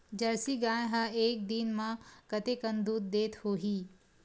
Jersey गाय ह एक दिन म कतेकन दूध देत होही?